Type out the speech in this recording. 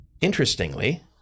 Interestingly